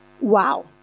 Wow